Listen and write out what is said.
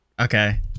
okay